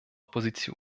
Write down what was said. position